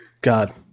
god